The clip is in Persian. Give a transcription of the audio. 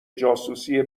جاسوسی